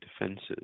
defenses